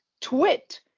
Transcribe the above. twit